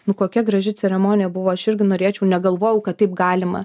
nu kokia graži ceremonija buvo aš irgi norėčiau negalvojau kad taip galima